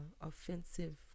offensive